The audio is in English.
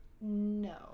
No